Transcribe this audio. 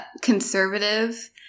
conservative